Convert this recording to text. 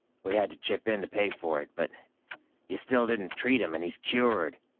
we had to chip in to pay for it. but you still didn't treat him, and he's cured.